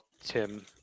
Tim